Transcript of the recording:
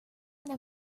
una